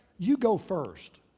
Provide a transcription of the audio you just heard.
you go first.